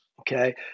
Okay